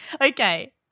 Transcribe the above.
Okay